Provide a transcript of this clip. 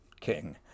king